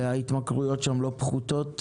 ההתמכרויות שם לא פחותות